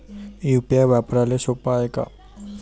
UPI वापराले सोप हाय का?